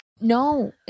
no